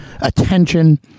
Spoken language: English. attention